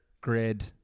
grid